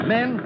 Men